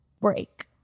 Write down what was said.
break